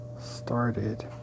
started